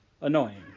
annoying